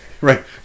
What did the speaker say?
right